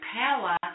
power